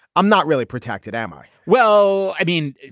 i'm not really protected, am i? well, i mean,